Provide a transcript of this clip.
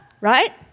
right